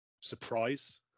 surprise